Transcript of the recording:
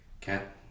Cat